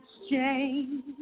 exchange